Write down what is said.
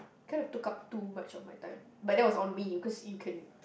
kind of took up too much of my time but that was on me cause you can